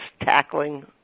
tackling